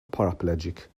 paraplegic